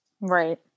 Right